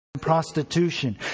Prostitution